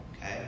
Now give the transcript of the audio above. Okay